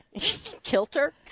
Kilter